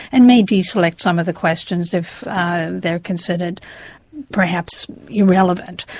and may de-select some of the questions if they're considered perhaps irrelevant.